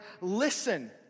listen